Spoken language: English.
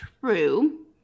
true